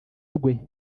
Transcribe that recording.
rwe